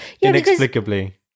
Inexplicably